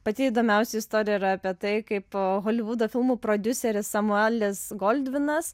pati įdomiausia istorija yra apie tai kaip holivudo filmų prodiuseris samuelis goldvinas